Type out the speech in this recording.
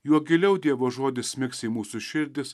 juo giliau dievo žodis smigs į mūsų širdis